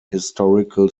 historical